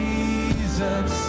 Jesus